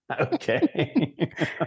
okay